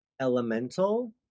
Elemental